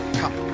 come